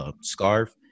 scarf